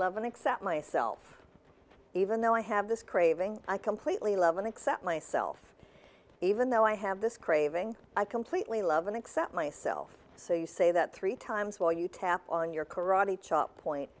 accept myself even though i have this craving i completely love and accept myself even though i have this craving i completely love and accept myself so you say that three times while you tap on your karate chop point